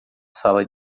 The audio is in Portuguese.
sala